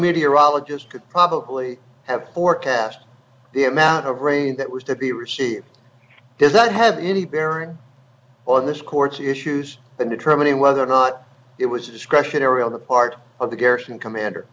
meteorologist could probably have forecast the amount of rain that was at the receipt does that have any bearing on this court's issues in determining whether or not it was discretionary on the part of the garrison commander